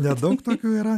nedaug tokių yra